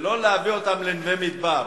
ולא להביא אותם לנווה-מדבר,